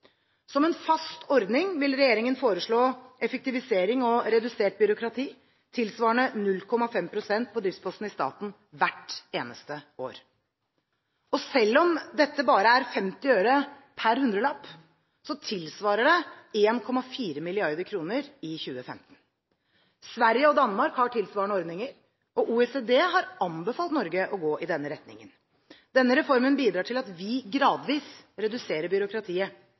Som en fast ordning vil regjeringen foreslå effektivisering og redusert byråkrati tilsvarende 0,5 pst. på driftspostene i staten hvert eneste år. Selv om dette bare er 50 øre per hundrelapp, tilsvarer det 1,4 mrd. kr i 2015. Sverige og Danmark har tilsvarende ordninger, og OECD har anbefalt Norge å gå i denne retningen. Denne reformen bidrar til at vi gradvis reduserer byråkratiet.